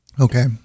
Okay